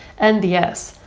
and yes,